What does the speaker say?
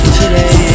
today